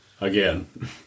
Again